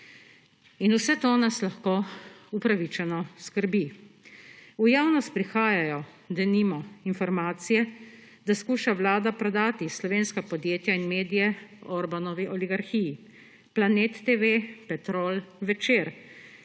Vse to nas lahko upravičeno skrbi. V javnost prihajajo, denimo, informacije, da skuša Vlada prodati slovenska podjetja in medije Orbanovi oligarhiji – Planet TV, Petrol, Večer.